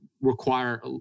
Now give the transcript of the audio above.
require